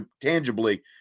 tangibly